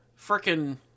freaking